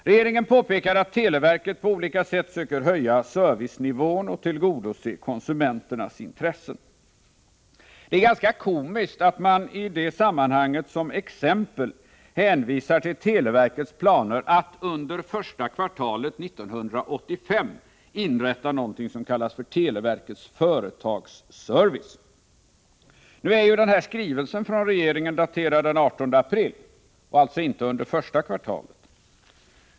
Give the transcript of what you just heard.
Regeringen påpekar att televerket på olika sätt söker höja servicenivån och tillgodose konsumenternas intressen. Det är ganska komiskt att man i det sammanhanget som exempel hänvisar till televerkets planer att under första kvartalet 1985 inrätta någonting som kallas televerkets företagsservice. Skrivelsen från regeringen är ju daterad den 18 april — och alltså inte under första kvartalet.